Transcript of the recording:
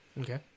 Okay